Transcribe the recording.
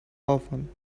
often